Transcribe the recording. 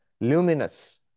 luminous